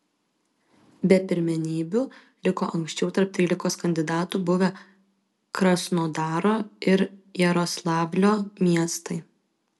be pirmenybių liko anksčiau tarp trylikos kandidatų buvę krasnodaro ir jaroslavlio miestai